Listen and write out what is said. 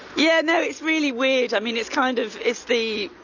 yeah. no, it's really weird. i mean, it's kind of, it's the,